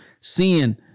seeing